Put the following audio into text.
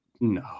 no